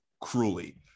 cruelly